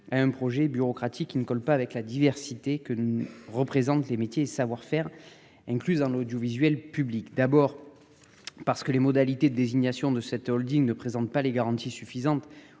un projet bureaucratique qui ne colle pas avec la diversité que représentent les métiers et savoir-faire incluse dans l'audiovisuel public d'abord. Parce que les modalités de désignation de cette Holding ne présente pas les garanties suffisantes